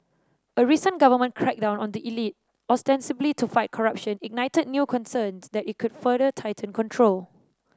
a recent government crackdown on the elite ostensibly to fight corruption ignited new concerns that it could further tighten control